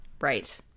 right